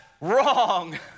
wrong